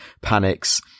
panics